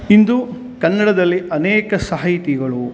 ಇಂದು ಕನ್ನಡಲ್ಲಿ ಅನೇಕ ಸಾಹಿತಿಗಳು